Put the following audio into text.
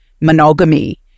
monogamy